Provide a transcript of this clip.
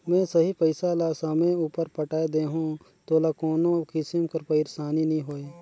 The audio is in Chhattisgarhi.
में सही पइसा ल समे उपर पटाए देहूं तोला कोनो किसिम कर पइरसानी नी होए